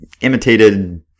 imitated